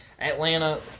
Atlanta